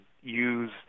use